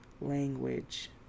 language